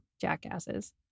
jackasses